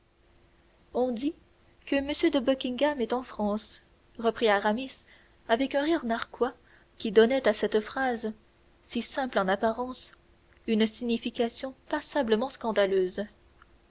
on dit que m de buckingham est en france reprit aramis avec un rire narquois qui donnait à cette phrase si simple en apparence une signification passablement scandaleuse